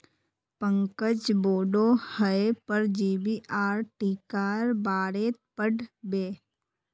पंकज बोडो हय परजीवी आर टीकार बारेत पढ़ बे